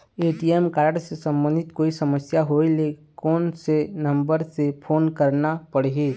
ATM card से संबंधित कोई समस्या होय ले, कोन से नंबर से फोन करना पढ़ही?